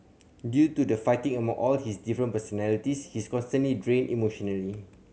due to the fighting among all his different personalities he's constantly drained emotionally